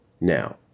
Now